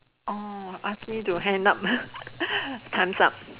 orh ask me to hang up time's up